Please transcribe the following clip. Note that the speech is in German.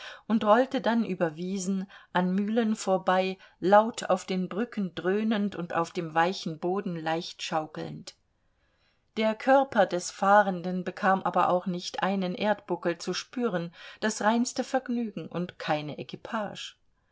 und rollte dann über wiesen an mühlen vorbei laut auf den brücken dröhnend und auf dem weichen boden leicht schaukelnd der körper des fahrenden bekam aber auch nicht einen erdbuckel zu spüren das reinste vergnügen und keine